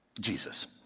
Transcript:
jesus